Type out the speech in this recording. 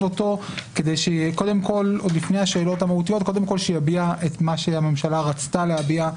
אותו כדי שעוד לפני השאלות המהותיות יביע את מה שהממשלה רצתה להביע,